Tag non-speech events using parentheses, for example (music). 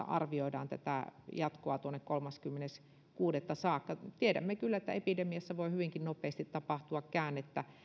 (unintelligible) arvioidaan tätä jatkoa tuonne kolmaskymmenes kuudetta saakka tiedämme kyllä että epidemiassa voi hyvinkin nopeasti tapahtua käännettä